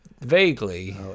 Vaguely